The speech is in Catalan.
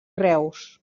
reus